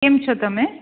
કેમ છો તમે